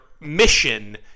mission